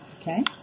Okay